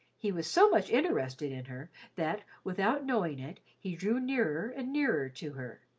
he was so much interested in her that without knowing it he drew nearer and nearer to her,